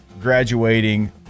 graduating